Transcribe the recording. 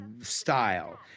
style